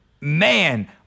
man